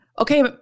okay